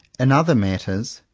in other matters,